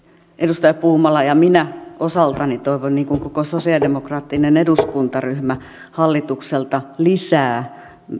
edustaja puumala ja minä osaltani niin kuin koko sosialidemokraattinen eduskuntaryhmä toivomme hallitukselta lisää